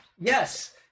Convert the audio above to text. Yes